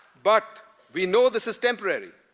but we know this is temporary.